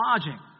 lodging